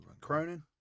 Cronin